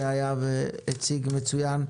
שהציג מצוין,